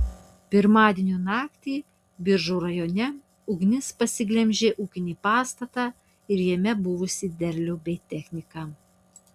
pirmadienio naktį biržų rajone ugnis pasiglemžė ūkinį pastatą ir jame buvusį derlių bei techniką